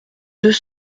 deux